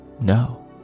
No